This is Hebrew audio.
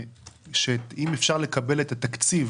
אם אפשר לקבל את התקציב